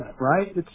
right